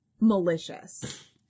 malicious